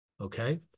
Okay